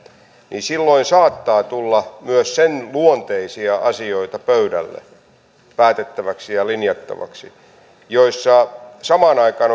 niin silloin saattaa tulla pöydälle myös sen luonteisia asioita päätettäväksi ja linjattavaksi joissa samaan aikaan